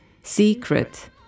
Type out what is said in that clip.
secret